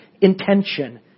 intention